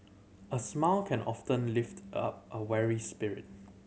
a smile can often lift up a weary spirit